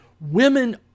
Women